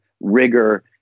rigor